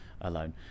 alone